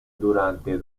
durante